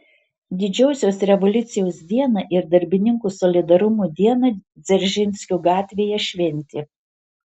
didžiosios revoliucijos dieną ir darbininkų solidarumo dieną dzeržinskio gatvėje šventė